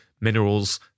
minerals